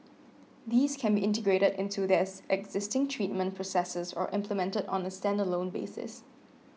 these can be integrated into their existing treatment processes or implemented on a stand alone basis